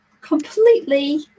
completely